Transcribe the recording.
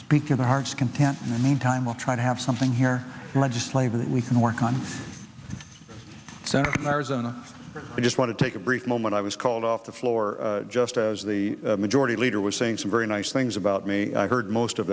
speaking to heart's content and meantime we'll try to have something here legislature that we can work on so i just want to take a brief moment i was called off the floor just as the majority leader was saying some very nice things about me i heard most of